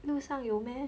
路上有 meh